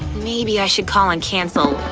maybe i should call and cancel.